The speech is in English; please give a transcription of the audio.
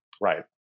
Right